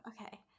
Okay